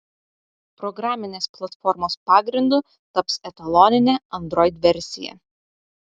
programinės platformos pagrindu taps etaloninė android versija